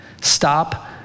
Stop